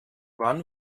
wann